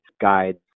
guides